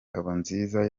ngabonziza